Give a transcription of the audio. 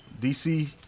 DC